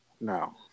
no